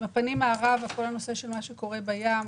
כל מה שקורה בים,